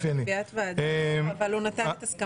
נהיגת שטח בדרך שאינה דרך ייעודית לנסיעת שטח),